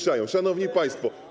Szanowni Państwo!